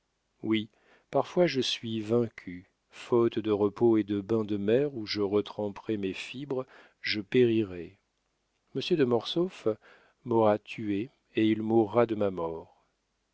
oui parfois je suis vaincue faute de repos et de bains de mer où je retremperais mes fibres je périrai monsieur de mortsauf m'aura tuée et il mourra de ma mort